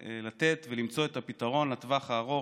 לתת ולמצוא את הפתרון לטווח הארוך,